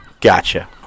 gotcha